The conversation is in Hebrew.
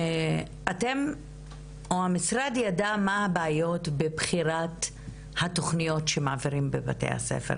אתם או המשרד ידע מה הבעיות בבחירת התוכניות שמעבירים בבתי הספר,